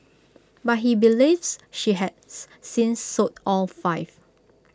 but he believes she has since sold all five